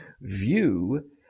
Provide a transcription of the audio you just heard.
view